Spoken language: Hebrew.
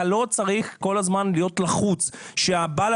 אתה לא צריך כל הזמן להיות לחוץ שבעל